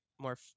more